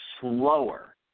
slower